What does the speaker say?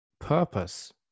purpose